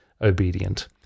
obedient